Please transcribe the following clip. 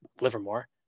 Livermore